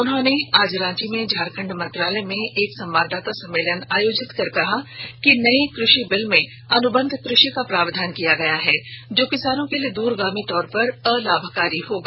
उन्होंने आज रांची में झारखण्ड मंत्रालय में एक संवाददाता सम्मेलन आयोजित कर कहा कि नये कृषि बिल में अनुबंध कृषि का प्रावधान किया गया है जो किसानो के लिए दूरगामी तौर पर अलाभकारी होगा